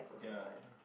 ya